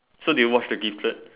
so did you watch the gifted